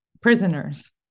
prisoners